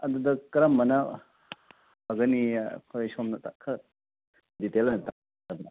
ꯑꯗꯨꯗ ꯀꯔꯝꯕꯅ ꯐꯒꯅꯤ ꯑꯈꯣꯏ ꯁꯣꯝ ꯈꯔ ꯗꯤꯇꯦꯜ ꯑꯝꯇꯥ